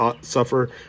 suffer